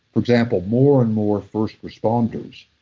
for example, more and more first responders,